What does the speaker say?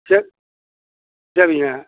சரி சரிங்க